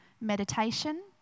Meditation